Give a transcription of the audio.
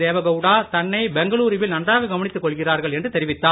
தேவகவுடா தன்னை பெங்களூருவில் நன்றாக கவனித்துக் கொள்கிறார்கள் என்று தெரிவித்தார்